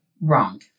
Wrong